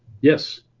Yes